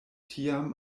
tiam